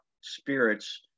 spirits